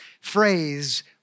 phrase